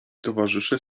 towarzysze